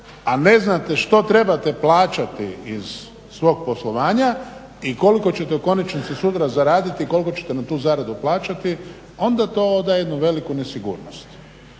a ne znate što trebate plaćati iz svog poslovanja i koliko ćete u konačnici sutra zaraditi, koliko ćete na tu zaradu plaćati, onda to daje jednu veliki nesigurnost.